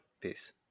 Peace